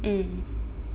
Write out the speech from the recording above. mm